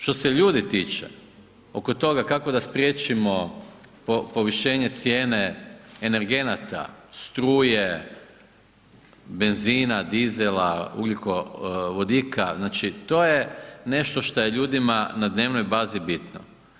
Što se ljudi tiče, oko toga kako da spriječimo povišenje cijene energenata, struje, benzina, dizela, ugljikovodika, znači, to je nešto što je ljudima na dnevnoj bazi bitno.